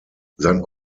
sein